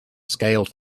scaled